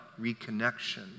reconnection